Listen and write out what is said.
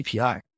API